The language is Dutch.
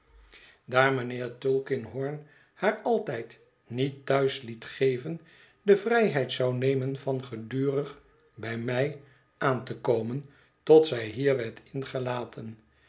daar mijnheer tulkinghorn haar altijd niet thuis liet geven de vrijheid zou nemen van gedurig bij mij aan te komen tot zij hier werd ingelaten